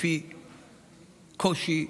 לפי קושי,